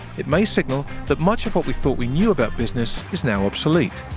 it may signal that much of what we thought we knew about business is now obsolete.